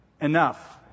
enough